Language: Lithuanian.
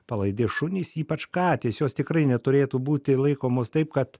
palaidi šunys ypač katės jos tikrai neturėtų būti laikomos taip kad